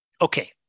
Okay